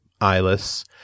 eyeless